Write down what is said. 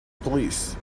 police